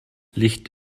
licht